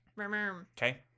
Okay